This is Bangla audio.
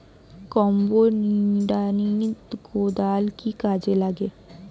কম্বো নিড়ানি কোদাল কি কাজে লাগে?